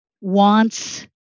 wants